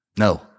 No